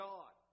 God